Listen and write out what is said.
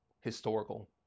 historical